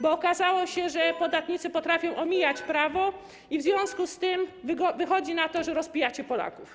Bo okazało się, że podatnicy potrafią omijać prawo i w związku z tym wychodzi na to, że rozpijacie Polaków.